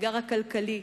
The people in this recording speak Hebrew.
האתגר הכלכלי,